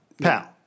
pal